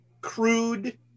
crude